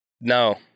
no